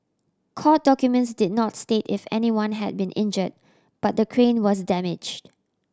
court documents did not state if anyone had been injured but the crane was damaged